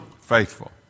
faithful